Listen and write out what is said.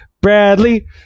Bradley